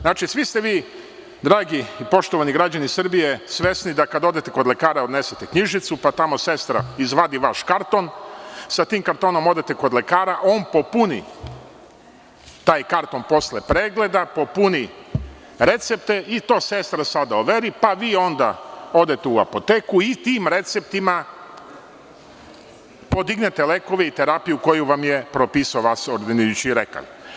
Znači, svi ste vi dragi i poštovani građani Srbije svesni da kada odete kod lekara odnesete knjižicu, pa tamo sestra izvadi vaš karton, sa tim kartonom odete kod lekara, on popuni taj karton posle pregleda, popuni recepte i to sestra overi pa vi onda odete u apoteku i tim receptima podignete lekove i terapiju koju vam je propisao vaš lekar.